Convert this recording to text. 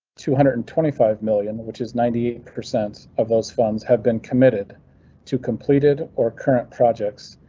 two hundred and twenty five million, which is ninety eight percent of those funds have been committed to completed or current projects.